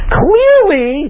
clearly